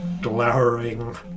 glowering